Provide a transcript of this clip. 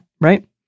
right